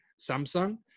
Samsung